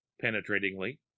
penetratingly